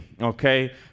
Okay